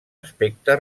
aspecte